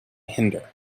hinder